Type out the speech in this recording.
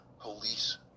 police